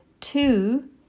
two